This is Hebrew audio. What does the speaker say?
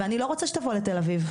ואני לא רוצה שתבוא לתל אביב,